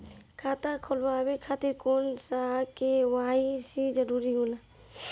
खाता खोलवाये खातिर कौन सा के.वाइ.सी जरूरी होला?